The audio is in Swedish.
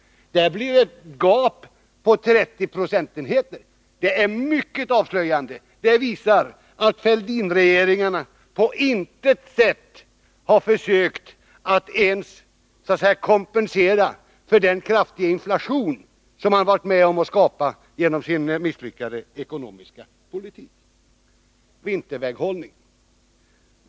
Det blir ett gap på 30 procentenheter. Det är mycket avslöjande. Det visar att Fälldinregeringarna på intet sätt har försökt att ens så att säga kompensera för den kraftiga inflation som man har varit med om att skapa genom en misslyckad ekonomisk politik. Så till vinterväghållningen.